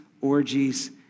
orgies